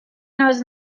knows